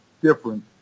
different